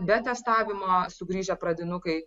be testavimo sugrįžę pradinukai